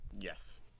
yes